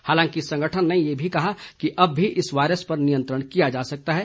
हालांकि संगठन ने यह भी कहा कि अब भी इस वायरस पर नियंत्रण किया जा सकता है